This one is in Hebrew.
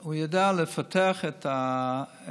הוא יודע לפתח את הדברים,